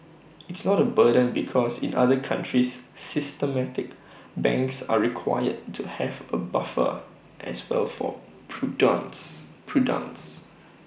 it's not A burden because in other countries systemic banks are required to have A buffer as well for prudence prudence